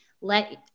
let